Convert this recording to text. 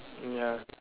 ya